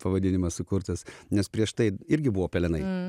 pavadinimas sukurtas nes prieš tai irgi buvo pelenai